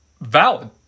valid